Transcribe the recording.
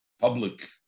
public